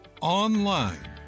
Online